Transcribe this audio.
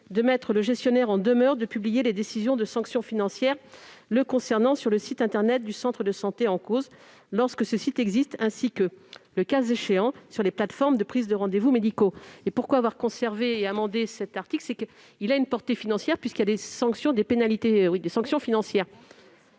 de mettre le gestionnaire en demeure de publier les décisions de sanction financière le concernant sur le site internet du centre de santé en cause lorsque ce site existe, ainsi que, le cas échéant, sur les plateformes de prise de rendez-vous médicaux. Si la commission a choisi de conserver et amender cet article, c'est qu'il a une portée financière, prévoyant des pénalités et sanctions financières.